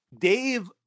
Dave